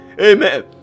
Amen